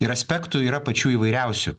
ir aspektų yra pačių įvairiausių